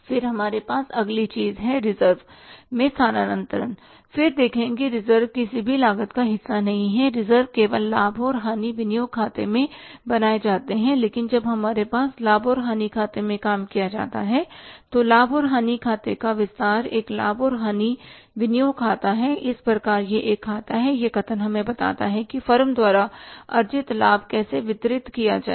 फिर हमारे पास अगली चीज़ है रिजर्व में स्थानांतरण फिर देखें कि रिजर्व किसी भी लागत का हिस्सा नहीं हैं रिजर्व केवल लाभ और हानि विनियोग खाते में बनाए जाते हैं लेकिन जब हमारे पास लाभ और हानि खाते में काम किया जाता है तो लाभ और हानि खाते का विस्तार एक लाभ और हानि विनियोग खाता है इस प्रकार यह एक खाता है यह कथन हमें बताता है कि फर्म द्वारा अर्जित लाभ कैसे वितरित किया जाएगा